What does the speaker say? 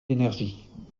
énergie